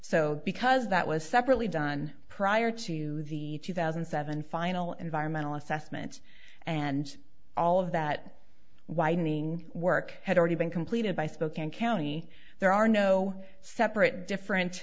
so because that was separately done prior to the two thousand and seven final environmental assessment and all of that widening work had already been completed by spokane county there are no separate different